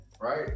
right